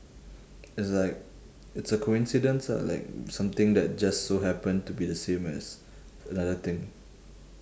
it's like it's a coincidence ah like something that just so happen to be the same as the other thing